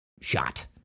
shot